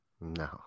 No